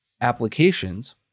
applications